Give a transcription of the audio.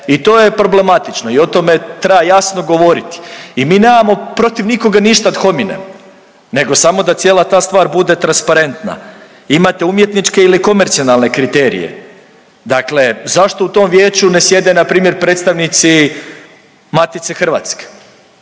i to je problematično i o tome treba jasno govoriti. I mi nemamo protiv nikoga ništa ad hominem nego samo da cijela ta stvar bude transparentna. Imate umjetničke ili komercijalne kriterije, dakle zašto u tom vijeću ne sjede npr. predstavnici Matice hrvatske,